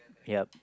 yup